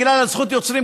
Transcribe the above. בגלל זכויות יוצרים,